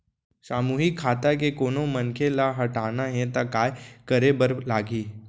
सामूहिक खाता के कोनो मनखे ला हटाना हे ता काय करे बर लागही?